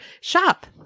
shop